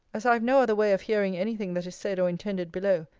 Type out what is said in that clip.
as i have no other way of hearing any thing that is said or intended below,